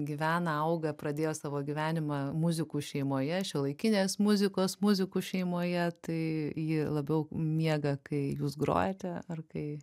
gyvena auga pradėjo savo gyvenimą muzikų šeimoje šiuolaikinės muzikos muzikų šeimoje tai ji labiau miega kai jūs grojate ar kai